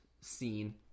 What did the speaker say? scene